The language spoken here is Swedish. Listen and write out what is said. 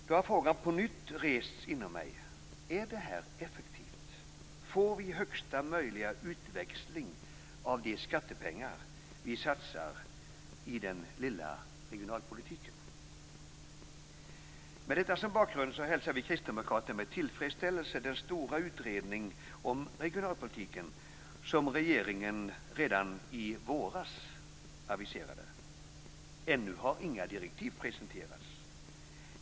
Då har frågan på nytt rests inom mig: Är det här effektivt, får vi högsta möjliga utväxling av de skattepengar som vi satsar i den lilla regionalpolitiken? Med detta som bakgrund hälsar vi kristdemokrater med tillfredsställelse den stora utredning om regionalpolitiken som regeringen redan i våras aviserade. Ännu har inga direktiv presenterats.